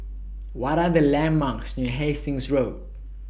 What Are The landmarks near Hastings Road